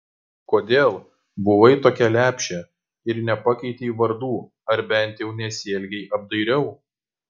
kodėl buvai tokia lepšė ir nepakeitei vardų ar bent jau nesielgei apdairiau